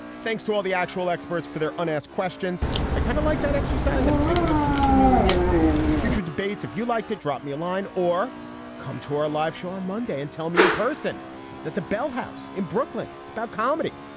thanks to all the actual experts for their unasked questions i kind of like that exercise i'm thinking of continuing it in future debates if you like to drop me a line or come to our live show on monday and tell me in person that the bell house in brooklyn it's about comedy.